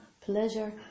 pleasure